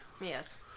Yes